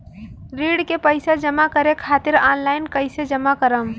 ऋण के पैसा जमा करें खातिर ऑनलाइन कइसे जमा करम?